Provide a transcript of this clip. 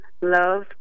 love